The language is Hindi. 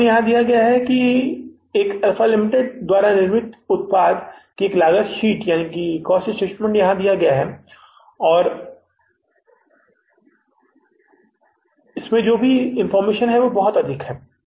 तो अब हमें यहाँ दिया गया है क्योंकि अल्फा लिमिटेड द्वारा निर्मित उत्पाद की लागत शीट यहाँ दी गई है यह इस उत्पाद की लागत पत्रक है जो हमें दिया गया है यह बहुत कुछ है